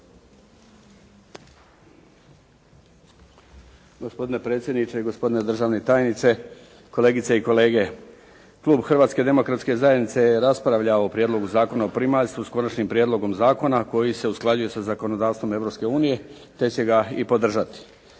Gospodine predsjedniče i gospodine državni tajniče, kolegice i kolege. Klub Hrvatske demokratske zajednice je raspravljao o Prijedlogu zakona o primaljstvu s Konačnim prijedlogom zakona koji se usklađuje sa zakonodavstvom Europske unije, te će ga i podržati.